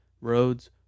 roads